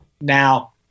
Now